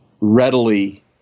readily